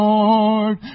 Lord